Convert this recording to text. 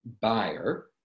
buyer